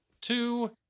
two